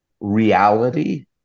reality